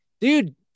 Dude